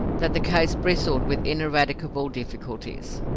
that the case bristled with ineradicable difficulties.